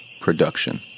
production